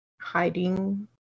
hiding